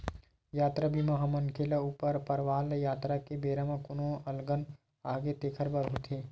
यातरा बीमा ह मनखे ल ऊखर परवार ल यातरा के बेरा म कोनो अलगन आगे तेखर बर होथे